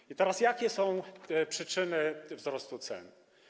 I teraz jakie są przyczyny wzrostu cen?